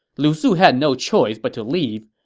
lu su had no choice but to leave.